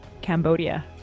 Cambodia